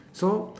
so